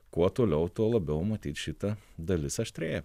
kuo toliau tuo labiau matyt šita dalis aštrėja